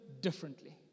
differently